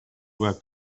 were